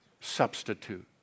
substitute